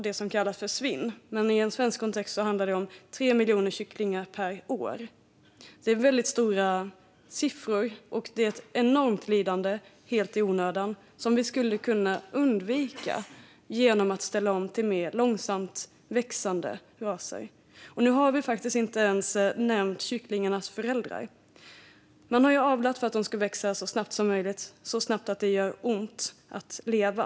Det kallas svinn, men i en svensk kontext handlar det om 3 miljoner kycklingar per år. Det är väldigt höga siffror. Det är ett enormt lidande helt i onödan som skulle kunna undvikas genom att man ställer om till mer långsamväxande raser. Och vi har inte ens nämnt kycklingarnas föräldrar i dag. Man har avlat för att de ska växa så snabbt som möjligt - så snabbt att det gör ont att leva.